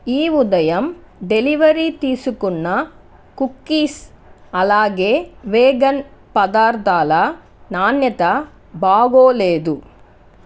ఈ ఉదయం డెలివరీ తీసుకున్న కుకీస్ అలాగే వేగన్ పదార్థాల నాణ్యత బాగోలేదు